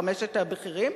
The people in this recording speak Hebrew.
לחמשת הבכירים,